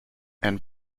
and